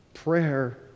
Prayer